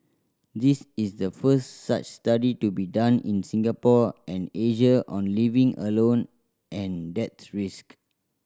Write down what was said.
this is the first such study to be done in Singapore and Asia on living alone and death risk